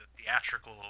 theatrical